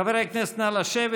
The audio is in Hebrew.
חברי הכנסת, נא לשבת.